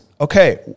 okay